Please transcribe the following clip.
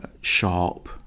sharp